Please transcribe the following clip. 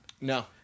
No